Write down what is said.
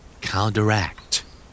Counteract